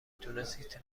تونست